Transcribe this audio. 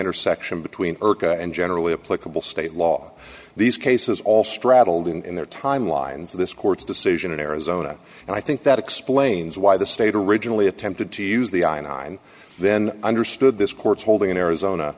intersection between earth and generally applicable state law these cases all straddled in their timelines this court's decision in arizona and i think that explains why the state originally attempted to use the i nine then understood this court's holding in arizona